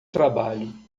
trabalho